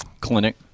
clinic